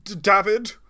David